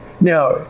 Now